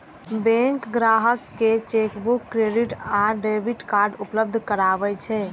bank ग्राहक कें chequebook, credit आ डेबिट कार्ड उपलब्ध करबै छै